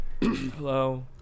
Hello